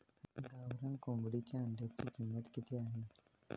गावरान कोंबडीच्या अंड्याची किंमत किती आहे?